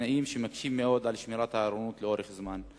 תנאים שמקשים מאוד על שמירת הערנות לאורך זמן.